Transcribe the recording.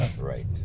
right